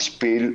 משפיל,